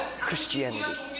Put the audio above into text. Christianity